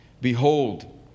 Behold